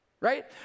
right